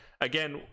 Again